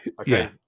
Okay